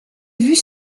vus